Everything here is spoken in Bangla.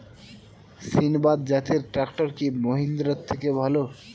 সিণবাদ জাতের ট্রাকটার কি মহিন্দ্রার থেকে ভালো?